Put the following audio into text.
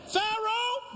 Pharaoh